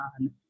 on